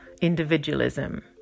individualism